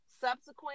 Subsequent